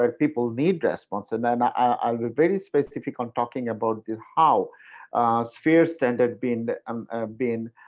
ah people need response. and then i'll be very specific on talking about how sphere standards been um been